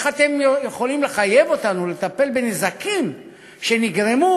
איך אתם יכולים לחייב אותנו לטפל בנזקים שנגרמו,